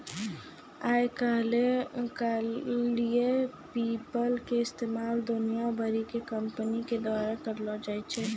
आइ काल्हि पेपल के इस्तेमाल दुनिया भरि के कंपनी के द्वारा करलो जाय रहलो छै